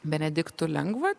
benediktu lengva